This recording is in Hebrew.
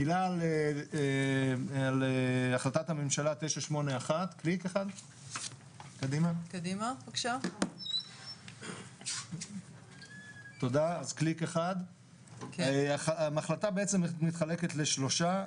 מילה על החלטת הממשלה 981. ההחלטה בעצם מתחלקת לשלושה.